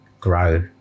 grow